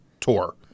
tour